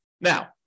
Now